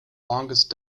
longest